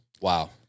Wow